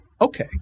okay